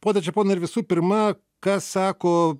pone čeponai ir visu pirma ką sako